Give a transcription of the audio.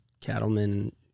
cattlemen